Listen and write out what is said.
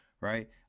right